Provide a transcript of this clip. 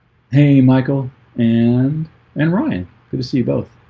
hey, michael and and ryan good to see you both.